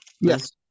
Yes